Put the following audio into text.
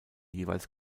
jeweils